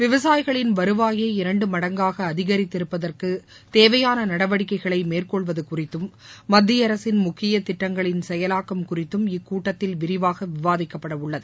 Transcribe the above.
விவசாயிகளின் வருவாயை இரண்டு மடங்காக அதிகரிப்பதற்கு தேவையாள நடவடிக்கைகளை மேற்கொள்வது குறித்தும் மத்திய அரசின் முக்கிய திட்டங்களின் செயலாக்கம் குறித்தும் இக்கூட்டத்தில் விரிவாக விவாதிக்கப்படவுள்ளது